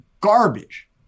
garbage